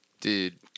Dude